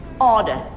order